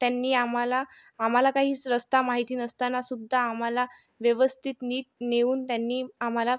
त्यांनी आम्हाला आम्हाला काहीच रस्ता माहिती नसताना सुद्धा आम्हाला व्यवस्थित नीट नेऊन त्यांनी आम्हाला